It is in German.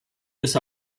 bis